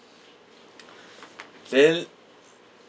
then